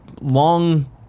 long